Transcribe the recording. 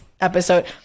episode